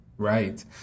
Right